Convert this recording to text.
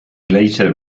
later